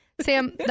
Sam